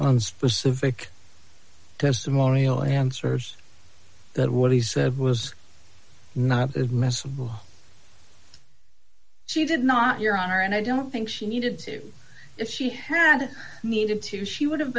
on specific testimonial answers that what he said was not admissible she did not your honor and i don't think she needed to if she hadn't needed to she would have